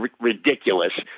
ridiculous